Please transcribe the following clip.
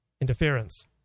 interference